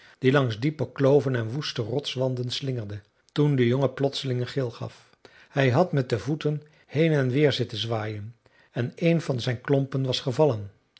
die langs diepe kloven en woeste rotswanden slingerde toen de jongen plotseling een gil gaf hij had met de voeten heen en weer zitten zwaaien en een van zijn klompen was gevallen